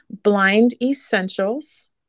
blindessentials